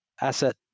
asset